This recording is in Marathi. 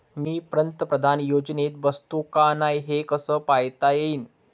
मी पंतप्रधान योजनेत बसतो का नाय, हे कस पायता येईन?